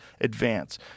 advance